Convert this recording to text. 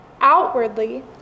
outwardly